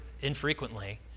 infrequently